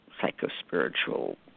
psycho-spiritual